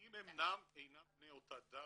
אם אינם בני אותה דת,